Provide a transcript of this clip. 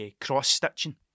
cross-stitching